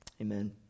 amen